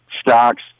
Stocks